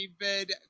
David